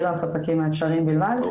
אלה הספקים האפשריים בלבד,